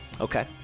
Okay